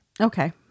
Okay